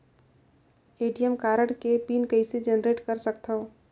ATM card के PIN कइसे generate कर सकथव?